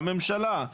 לממשלה,